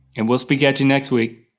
and we'll speak yeah to you next week.